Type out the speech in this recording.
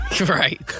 right